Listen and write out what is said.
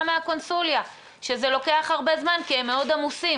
מהקונסוליה שזה לוקח הרבה זמן כי הם מאוד עמוסים.